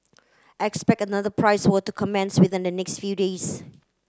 expect another price war to commence within next few days